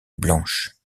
blanche